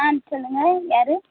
ஆ சொல்லுங்கள் யார்